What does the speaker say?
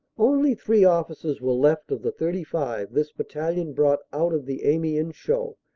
only three officers were left of the thirty five this battalion brought out of the amiens show,